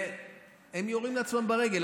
הם יורים לעצמם ברגל.